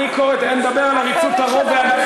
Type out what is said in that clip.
על עריצות הרוב.